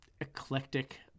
eclectic